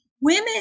Women